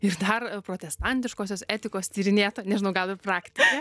ir dar protestantiškosios etikos tyrinėto nežinau gal ir praktikė